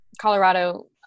Colorado